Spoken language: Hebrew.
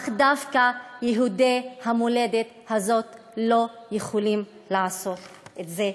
אך דווקא יהודי המולדת הזאת לא יכולים לעשות את זה,